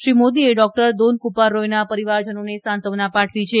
શ્રી મોદીએ ડોકટર દોનકુપાર રોયના પરીવારજનોને સાંત્વના પાઠવી છે